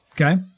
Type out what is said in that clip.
Okay